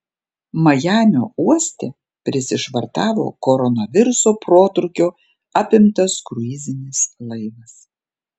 majamio uoste prisišvartavo koronaviruso protrūkio apimtas kruizinis laivas